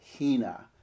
Hina